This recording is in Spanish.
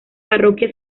parroquia